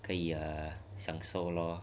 可以享受 lor